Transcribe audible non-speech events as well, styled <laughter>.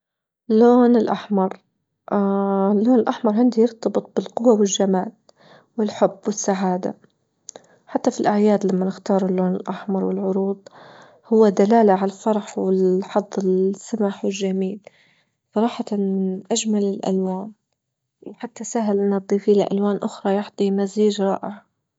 لون الأحمر <hesitation> اللون الأحمر عندي يرتبط بالقوة والجمال والحب والسعادة حتى في الأعياد لما نختار اللون الأحمر والعروض هو دلالة على الفرح والحظ السمح والجميل، صراحة أجمل الألوان حتى سهل انه تضيفيله ألوان أخرى يعطي مزيج رائع.